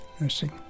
nursing